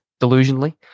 delusionally